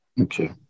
okay